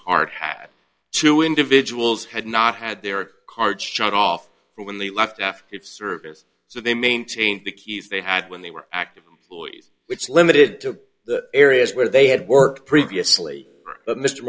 cart had two individuals had not had their card shut off for when they left after each service so they maintained the keys they had when they were active which limited to the areas where they had worked previously but mr